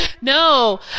no